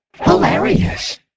hilarious